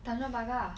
tanjong pagar